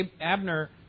Abner